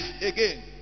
again